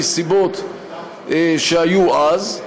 מסיבות שהיו אז,